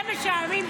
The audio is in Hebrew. שמש העמים,